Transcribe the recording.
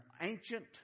ancient